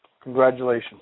congratulations